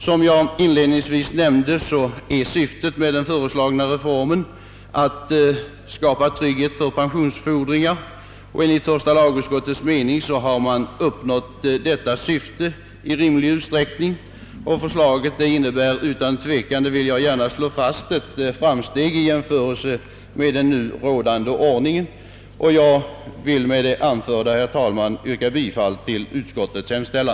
Syftet med den föreslagna reformen är, som jag inledningsvis nämnde, att skapa trygghet för pensionsfordringar. Enligt första lagutskottets mening har detta syfte i rimlig utsträckning uppnåtts. Förslaget innebär utan tvivel — det vill jag gärna slå fast — ett framsteg i jämförelse med den nu rådande ordningen. Jag vill, herr talman, med det anförda yrka bifall till utskottets hemställan.